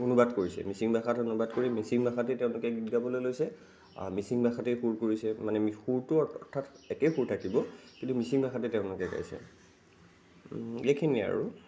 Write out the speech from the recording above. অনুবাদ কৰিছে মিচিং ভাষাত অনুবাদ কৰি মিচিং ভাষাতে তেওঁলোকে গীত গাবলৈ লৈছে আৰু মিচিং ভাষাতে সুৰ কৰিছে মানে সুৰটো অৰ্থাৎ একে সুৰ থাকিব কিন্তু মিচিং ভাষাতে তেওঁলোকে গাইছে এইখিনিয়ে আৰু